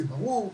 זה ברור,